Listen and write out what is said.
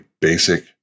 basic